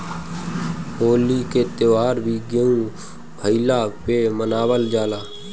होली के त्यौहार भी गेंहू भईला पे मनावल जाला